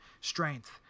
strength